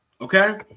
Okay